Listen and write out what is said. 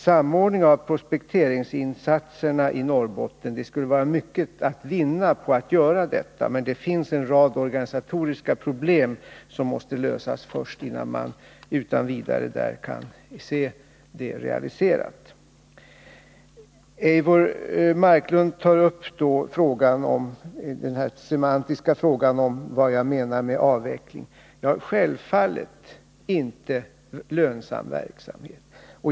Det skulle vara mycket att vinna på en samordning av projekteringsinsatserna i Norrbotten, men det finns en rad organisatoriska problem som måste lösas, innan man kan se det hela realiserat. Eivor Marklund tog upp den semantiska frågan om vad jag menar med avveckling. Ja, självfallet inte lönsam verksamhet.